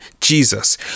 Jesus